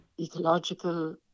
ecological